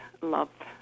love